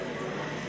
(קוראת בשמות חברי הכנסת)